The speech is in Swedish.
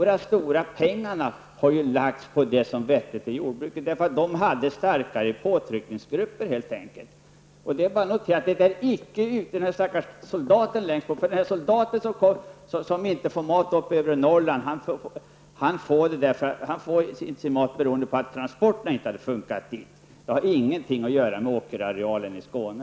De stora pengarna har dock lagts ned på jordbruksprodukter, gödsling av åkermark och annat. Jordbrukarna har helt enkelt haft starka påtryckningsgrupper. Att den stackars soldaten uppe i övre Norrland kanske ändå inte får mat i krigstid, beror på att transporterna inte fungerar. Det har alltså inget att göra med åkerarealens storlek i Skåne.